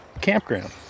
campground